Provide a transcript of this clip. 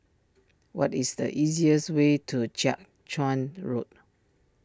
what is the easiest way to Jiak Chuan Road